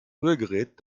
rührgerät